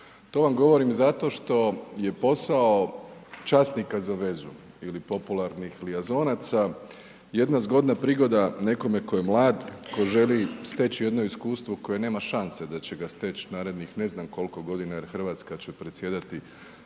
To vam govorim zato što je posao časnika za vezu ili popularnih Lyon-zonaca jedna zgodna prigoda nekome tko je mlad, tko želi steći jedno iskustvo koje nema šanse da će ga steći narednih ne znam koliko godina jer Hrvatska će predsjedati